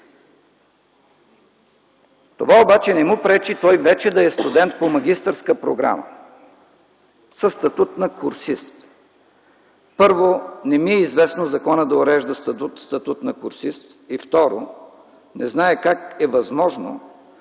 Това обаче не му пречи той вече да е студент по магистърска програма, със статут на курсист. Първо, не ми е известно законът да урежда статут на курсист и второ, не зная как е възможно